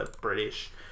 British